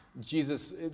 Jesus